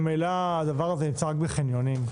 ממילא הדבר הזה נמצא רק בחניונים,